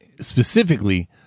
specifically